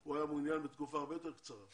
הוא היה מעוניין בתקופה הרבה יותר קצרה.